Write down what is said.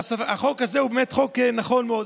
החוק הזה הוא באמת חוק נכון מאוד.